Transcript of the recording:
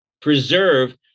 preserve